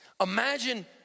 imagine